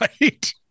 Right